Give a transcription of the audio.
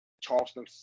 Charleston